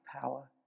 power